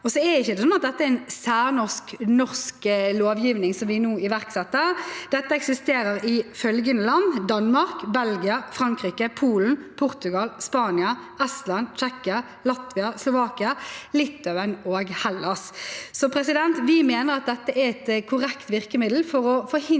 det er en særnorsk lovgivning vi nå iverksetter. Dette eksisterer i følgende land: Danmark, Belgia, Frankrike, Polen, Portugal, Spania, Estland, Tsjekkia, Latvia, Slovakia, Litauen og Hellas. Vi mener at dette er et korrekt virkemiddel for å forhindre